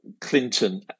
Clinton